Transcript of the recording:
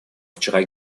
вчера